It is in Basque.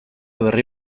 berri